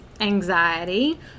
anxiety